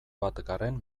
batgarren